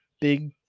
big